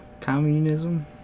Communism